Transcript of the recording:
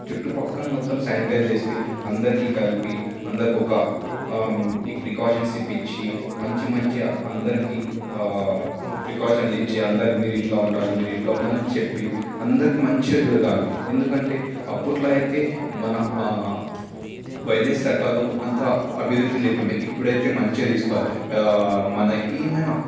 చుట్టు ప్రక్కన మొత్తం సానిటైజ్ చేసి అందరికీ కలిపి అందరికి ఒక ఈ ప్రికాషన్స్ ఇప్పించి మంచి మంచిగా అందరికీ ప్రికాషన్లు ఇచ్చి అందరూ మీరు ఇట్లా ఉండాలి మీరు ఇట్లా ఉండాలి అని చెప్పి అందరికీ మంచిగా జరగాలి ఎందుకంటే అప్పట్లో అయితే మన వైద్య శాఖలో అంతా అభివృద్ధి లేకుండా ఇప్పుడైతే మంచిగా తీసుకోవాలి మన ఏమైనా